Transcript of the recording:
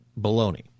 baloney